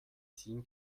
sim